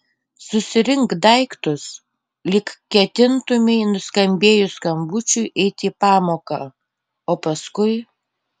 susirink daiktus lyg ketintumei nuskambėjus skambučiui eiti į pamoką o paskui